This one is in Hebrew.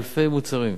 אלפי מוצרים,